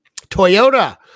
Toyota